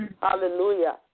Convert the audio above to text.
Hallelujah